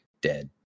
dead